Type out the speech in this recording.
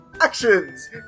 Actions